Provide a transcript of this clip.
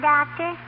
Doctor